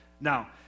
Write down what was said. now